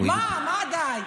מה די?